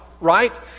right